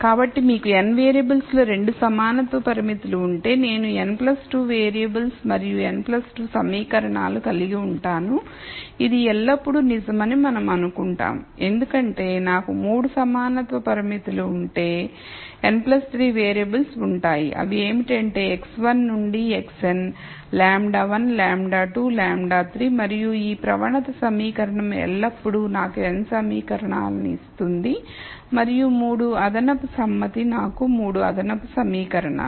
కాబట్టి మీకు n వేరియబుల్స్లో 2 సమానత్వ పరిమితులు ఉంటే నేను n 2 వేరియబుల్స్ మరియు n 2 సమీకరణాలను కలిగి ఉంటాను ఇది ఎల్లప్పుడూ నిజమని మనం అనుకుంటాము ఎందుకంటే నాకు 3 సమానత్వ పరిమితులు ఉంటే n 3 వేరియబుల్స్ ఉంటాయి అవి ఏమిటంటే x1నుండి xn λ1 λ2 λ3 మరియు ఈ ప్రవణత సమీకరణం ఎల్లప్పుడూ నాకు n సమీకరణాలను ఇస్తుంది మరియు 3 అదనపు సమ్మతి నాకు 3 అదనపు సమీకరణలు